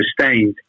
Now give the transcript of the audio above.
sustained